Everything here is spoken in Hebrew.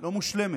לא מושלמת,